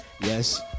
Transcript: yes